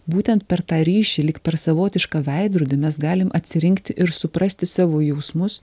būtent per tą ryšį lyg per savotišką veidrodį mes galim atsirinkti ir suprasti savo jausmus